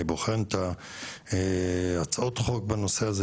אני בוחן את הצעות החוק בנושא הזה,